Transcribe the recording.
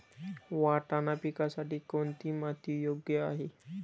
वाटाणा पिकासाठी कोणती माती योग्य आहे?